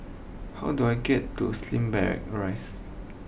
how do I get to Slim Barracks Rise